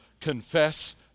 confess